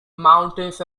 mountains